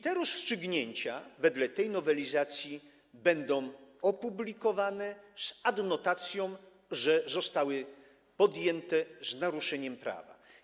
Te rozstrzygnięcia wedle tej nowelizacji będą publikowane z adnotacją, że zostały podjęte z naruszeniem prawa.